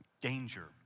danger